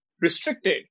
restricted